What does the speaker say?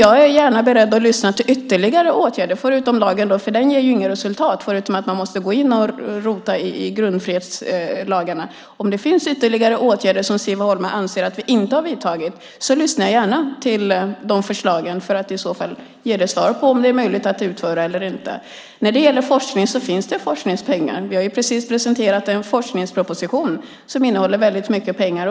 Jag är beredd att lyssna till ytterligare förslag på åtgärder - förutom lagen, för den ger inget resultat, förutom att man måste gå in och rota i grundfrihetslagarna. Men om det finns ytterligare åtgärder som Siv Holma anser att vi inte har vidtagit lyssnar jag gärna till de förslagen för att i så fall ge dig svar på om det är möjligt att genomföra eller inte. Det finns forskningspengar. Vi har precis presenterat en forskningsproposition som innehåller väldigt mycket pengar.